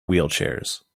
wheelchairs